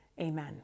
Amen